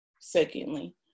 secondly